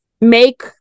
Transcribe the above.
make